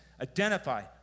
identify